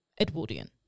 edwardian